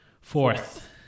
Fourth